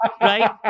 Right